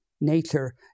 nature